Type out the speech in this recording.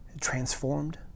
transformed